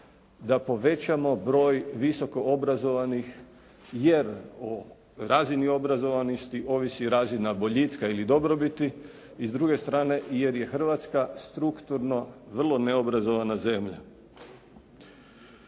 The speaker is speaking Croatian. da povećamo broj visoko obrazovanih jer o razini obrazovanosti ovisi razina boljitka ili dobrobiti. I s druge strane jer je Hrvatska vrlo neobrazovana zemlja.